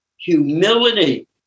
humility